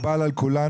מקובל על כולנו,